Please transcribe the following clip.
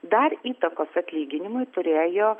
dar įtakos atlyginimui turėjo